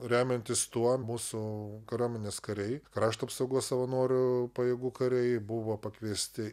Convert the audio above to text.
remiantis tuo mūsų kariuomenės kariai krašto apsaugos savanorių pajėgų kariai buvo pakviesti